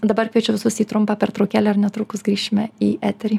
dabar kviečiu visus į trumpą pertraukėlę ir netrukus grįšime į eterį